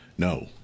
No